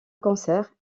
cancer